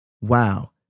wow